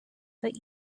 but